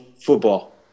football